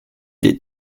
des